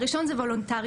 הראשון זה וולונטריות,